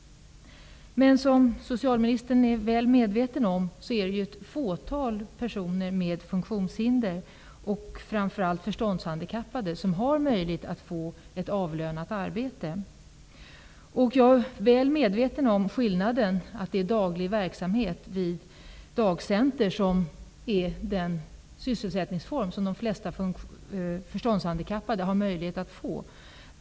Men, som socialministern är väl medveten om, är det ett fåtal personer med funktionshinder och framför allt med förståndshandikapp som har möjlighet att få ett avlönat arbete. Jag är väl medveten om att det är daglig verksamhet vid dagcenter som är den sysselsättningsform som de flesta förståndshandikappade har möjlighet att få.